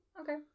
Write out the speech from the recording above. okay